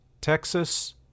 Texas